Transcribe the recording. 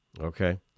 Okay